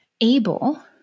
able